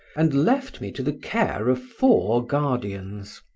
and left me to the care of four guardians.